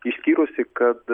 išskyrusi kad